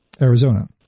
Arizona